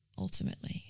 ultimately